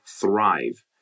thrive